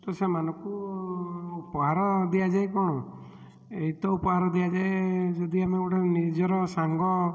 ତ ସେମାନଙ୍କୁ ଉପହାର ଦିଆଯାଏ କଣ ଏଇ ତ ଉପହାର ଦିଆଯାଏ ଯଦି ଆମେ ଗୋଟେ ନିଜର ସାଙ୍ଗ